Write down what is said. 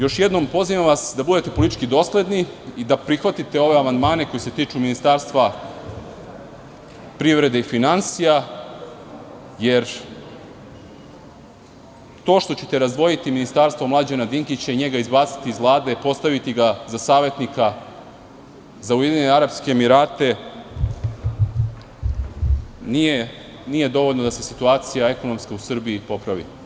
Još jednom pozivam vas da budete politički dosledni i da prihvatite ove amandmane koji se tiču Ministarstva privrede i finansija, jer to što ćete razdvojiti Ministarstvo Mlađana Dinkića i njega izbaciti iz Vlade, postaviti ga za savetnika za Ujedinjene Arapske Emirate nije dovoljno da se situacija ekonomska u Srbiji popravi.